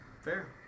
Fair